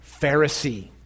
Pharisee